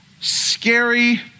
scary